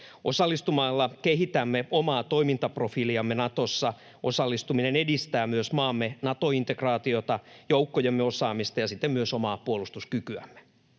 Osallistumalla kehitämme omaa toimintaprofiiliamme Natossa. Osallistuminen edistää myös maamme Nato-integraatiota, joukkojemme osaamista ja siten myös puolustuskykyämme.